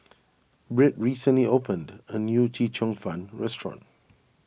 Britt recently opened a new Chee Cheong Fun restaurant